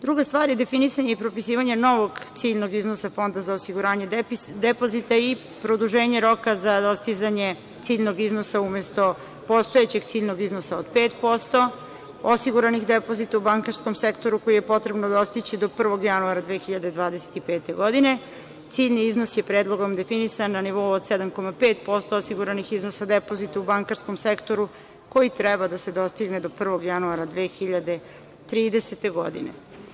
Druga stvar je definisanje i propisivanje novog ciljnog iznosa Fonda za osiguranje depozita i produženje roka za dostizanje ciljnog iznosa, umesto postojećeg ciljnog iznosa od 5% osiguranih depozita u bankarskom sektoru, koji je potrebno dostići do 1. januara 2025. godine, ciljni iznos je predlogom definisan na nivou od 7,5% osiguranih iznosa depozita u bankarskom sektoru koji treba da se dostigne do 1. januara 2030. godine.